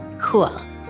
cool